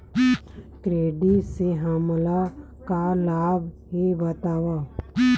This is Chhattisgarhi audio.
क्रेडिट से हमला का लाभ हे बतावव?